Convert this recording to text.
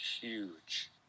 huge